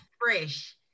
fresh